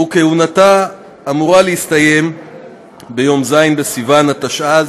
וכהונתה אמורה להסתיים ביום ז׳ בסיוון התשע"ז,